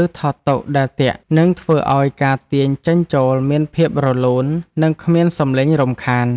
ឬថតតុដែលទាក់ នឹងធ្វើឱ្យការទាញចេញចូលមានភាពរលូន និងគ្មានសំឡេងរំខាន។